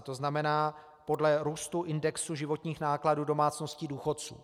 To znamená, podle růstu indexu životních nákladů domácností důchodců.